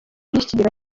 ry’ikigega